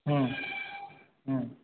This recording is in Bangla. হুম হুম